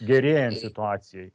gerėjant situacijai